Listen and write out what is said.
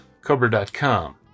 Cobra.com